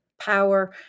power